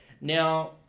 Now